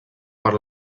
per